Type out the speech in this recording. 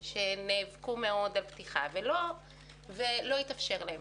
שנאבקו מאוד על פתיחה ולא התאפשר להם.